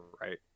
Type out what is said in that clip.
right